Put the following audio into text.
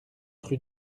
rue